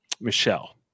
Michelle